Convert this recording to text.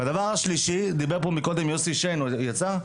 והדבר השלישי, דיבר פה מקודם יוסי שיין, הוא יצא?